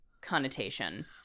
connotation